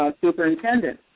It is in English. superintendent